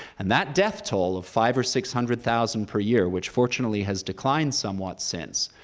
and that death toll of five or six hundred thousand per year, which fortunately has declined somewhat since,